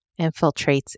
infiltrates